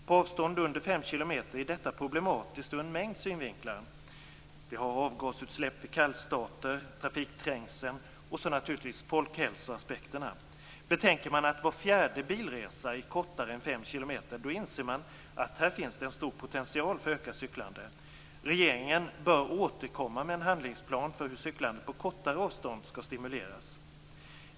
På avstånd under fem kilometer är detta problematiskt ur en mängd synvinklar. Det är avgasutsläpp vid kallstarter, trafikträngsel och folkhälsoaspekter. Betänker man att var fjärde bilresa är kortare än fem kilometer inser man att här finns en stor potential för ökat cyklande. Regeringen bör återkomma med en handlingsplan för hur cyklandet på kortare avstånd skall stimuleras.